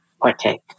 partake